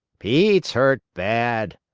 pete's hurt bad,